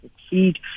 succeed